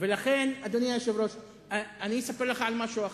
לכן, אדוני היושב-ראש, אספר לך על משהו אחר.